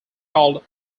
called